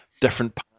different